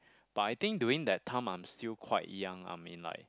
but I think during that time I'm still quite young I'm in like